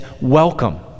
welcome